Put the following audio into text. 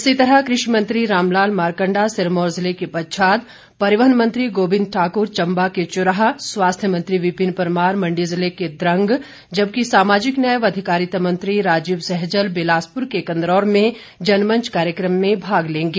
इसी तरह कृषि मंत्री रामलाल मारकण्डा सिरमौर जिले के पच्छाद परिवहन मंत्री गोविंद ठाकुर चम्बा के चुराह स्वास्थ्य मंत्री विपिन परमार मण्डी ज़िले के द्रंग जबकि सामाजिक न्याय व अधिकारिता मंत्री राजीव सैजल बिलासपुर के कंदरौर में जनमंच कार्यक्रम में भाग लेंगे